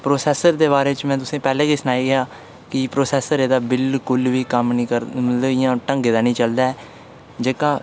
ते प्रोसेसर दे बारै च में तुसेंगी पैह्लें गै सनाया कि प्रोसेसर एह्दा बिल्कुल बी कम्म निं करदा मतलब एह्दा इं'या ढंगै दा निं चलदा ऐ जेह्का